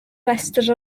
rhestr